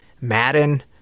Madden